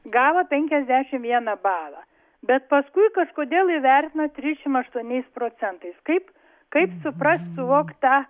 gavo penkiasdešim vieną balą bet paskui kažkodėl įvertino trišim aštuoniais procentais kaip kaip suprast suvokt tą